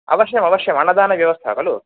अवश्यम् अवश्यम् अन्नदानव्यवस्था खलु